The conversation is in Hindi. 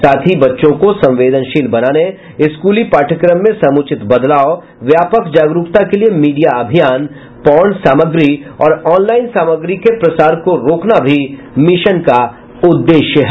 साथ ही बच्चों को संवेदनशील बनाने स्कूल पाठ्यक्रम में समूचित बदलाव व्यापक जागरूकता के लिए मीडिया अभियान पोर्न सामग्री और ऑनलाइन सामग्री के प्रसार को रोकना भी इस मिशन का उद्देश्य है